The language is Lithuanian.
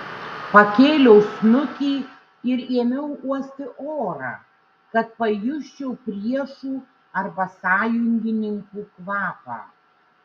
pakėliau snukį ir ėmiau uosti orą kad pajusčiau priešų arba sąjungininkų kvapą